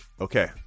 okay